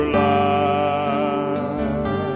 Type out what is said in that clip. life